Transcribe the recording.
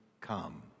come